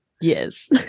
Yes